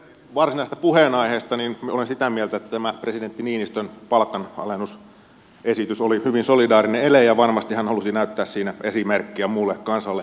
varsinaisesta puheenaiheesta olen sitä mieltä että tämä presidentti niinistön palkanalennusesitys oli hyvin solidaarinen ele ja varmasti hän halusi näyttää siinä esimerkkiä muulle kansalle